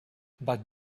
but